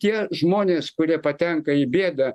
tie žmonės kurie patenka į bėdą